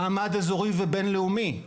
מעמד אזורי ובין לאומי.